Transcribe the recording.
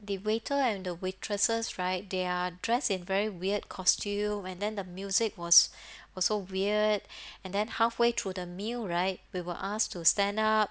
the waiter and the waitresses right they are dressed in very weird costume and then the music was was so weird and then halfway through the meal right we were asked to stand up